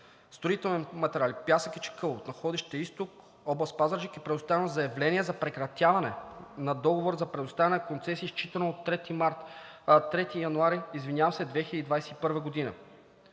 строителни материали, пясък и чакъл в находище „Изток“, област Пазарджик, е предоставено заявление за прекратяване на договора за предоставяне на концесия, считано от 3 януари 2021 г.